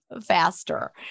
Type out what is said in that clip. faster